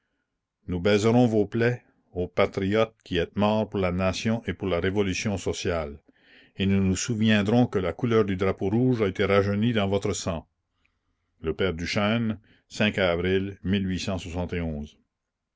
nous baiserons vos plaies ô patriotes qui êtes morts pour la nation et pour la révolution sociale et nous nous souviendrons que la couleur du drapeau rouge a été rajeunie dans votre sang e ère uchêne avril